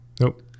nope